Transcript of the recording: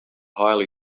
highly